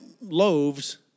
loaves